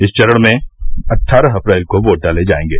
इस चरण में अट्ठारह अप्रैल को वोट डाले जायेंगे